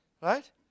right